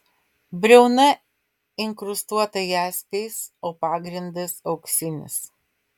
briauna inkrustuota jaspiais o pagrindas auksinis